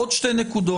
עוד שתי נקודות.